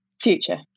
Future